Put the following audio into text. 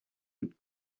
with